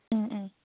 ꯎꯝ ꯎꯝ